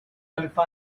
alpha